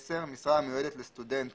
"(10) משרה המיועדת לסטודנט